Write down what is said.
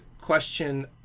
question